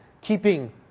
keeping